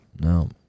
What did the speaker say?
no